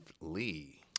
Lee